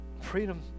Freedom